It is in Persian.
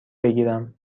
بگیرم